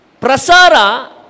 Prasara